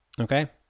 okay